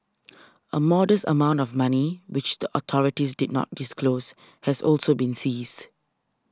a modest amount of money which the authorities did not disclose has also been seized